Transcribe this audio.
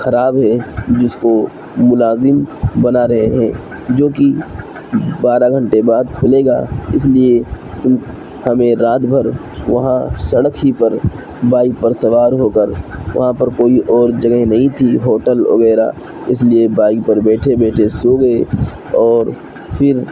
خراب ہے جس کو ملازم بنا رہے ہیں جو کہ بارہ گھنٹے بعد کھلے گا اس لیے تم ہمیں رات بھر وہاں سڑک ہی پر بائک پر سوار ہو کر وہاں پر کوئی اور جگہ نہیں تھی ہوٹل وغیرہ اس لیے بائک پر بیٹھے بیٹھے سو گئے اور پھر